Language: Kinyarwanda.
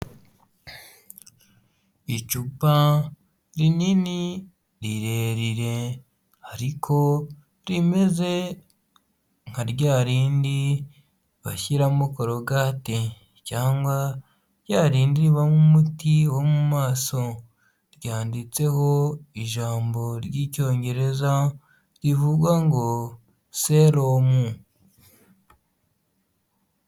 Icupa rinini rirerire ariko rimeze nka rya rindi bashyiramo korogate cyangwa rya rindi riba nk'umuti wo mu maso ryanditseho ijambo ry'icyongereza rivuga ngo seroum.